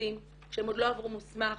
שנכנסים שהם עוד לא עברו מוסמך